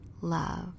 Love